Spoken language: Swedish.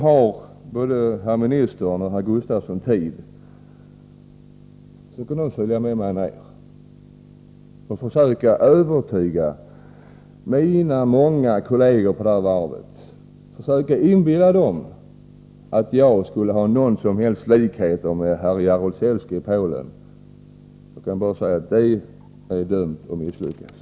Om både herr ministern och herr Gustafsson hade tid, så kunde de följa med mig ner till mina många kolleger på detta varv och försöka inbilla dem att jag skulle ha någon likhet med Jaruzelski i Polen. Jag kan bara säga att det vore dömt att misslyckas.